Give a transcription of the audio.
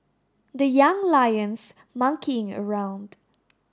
the Young Lions monkeying around